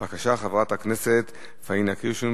לפיכך אני קובע